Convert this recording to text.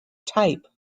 type